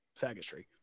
faggotry